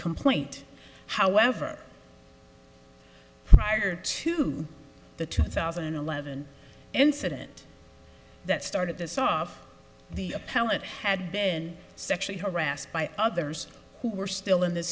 complaint however or to the two thousand and eleven incident that started this off the appellate had been sexually harassed by others who were still in the